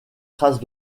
traces